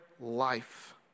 life